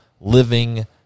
living